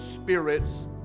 Spirit's